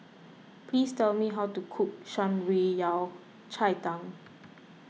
please tell me how to cook Shan Rui Yao Cai Tang